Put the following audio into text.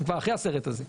אנחנו כבר אחרי הסרט הזה.